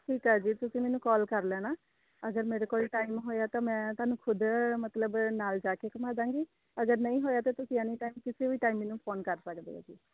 ਠੀਕ ਆ ਜੀ ਤੁਸੀਂ ਮੈਨੂੰ ਕੋਲ ਕਰ ਲੈਣਾ ਅਗਰ ਮੇਰੇ ਕੋਲ ਟਾਈਮ ਹੋਇਆ ਤਾਂ ਮੈਂ ਤੁਹਾਨੂੰ ਖੁਦ ਮਤਲਬ ਨਾਲ ਜਾ ਕੇ ਘੁੰਮਾ ਦਾਂਗੀ ਅਗਰ ਨਹੀਂ ਹੋਇਆ ਤਾਂ ਤੁਸੀਂ ਐਨੀ ਟਾਈਮ ਕਿਸੇ ਵੀ ਟਾਈਮ ਮੈਨੂੰ ਫੋਨ ਕਰ ਸਕਦੇ ਹੋ ਜੀ